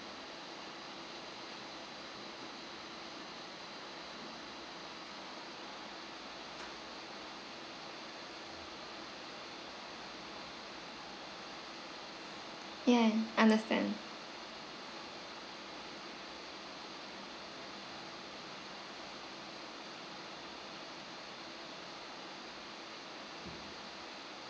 yeah understand